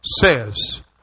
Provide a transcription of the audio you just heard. says